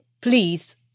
please